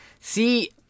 see